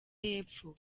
y’epfo